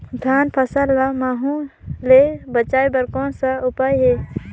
धान फसल ल महू ले बचाय बर कौन का उपाय हे?